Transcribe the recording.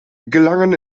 gelangen